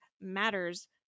matters